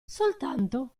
soltanto